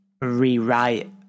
rewrite